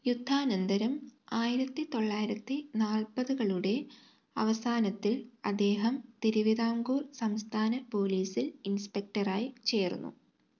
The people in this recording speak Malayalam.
യുദ്ധാനന്തരം ആയിരത്തിത്തൊള്ളായിരത്തി നാൽപ്പതുകളുടെ അവസാനത്തിൽ അദ്ദേഹം തിരുവിതാംകൂർ സംസ്ഥാന പോലീസിൽ ഇൻസ്പെക്ടർ ആയി ചേർന്നു